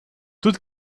tudo